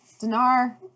Dinar